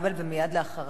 ומייד אחריו,